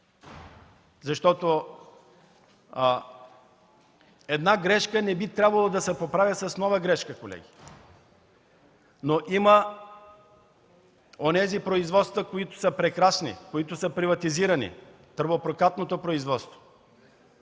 размери. Една грешка не би трябвало да се поправи с нова грешка, колеги. Има обаче производства, които са прекрасни и са приватизирани – „тръбопрокатно производство”,